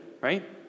right